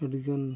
ᱟᱹᱰᱤ ᱜᱟᱱ